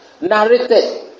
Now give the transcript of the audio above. Narrated